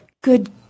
Good